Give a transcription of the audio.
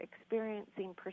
experiencing